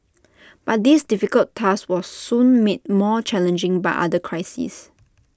but this difficult task was soon made more challenging by another crisis